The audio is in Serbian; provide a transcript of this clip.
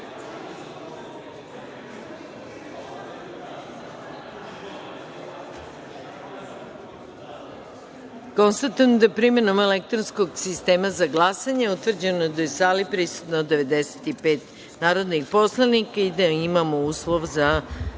da je, primenom elektronskog sistema za glasanje, utvrđeno da je u sali prisutno 95 narodnih poslanika i da imamo uslove za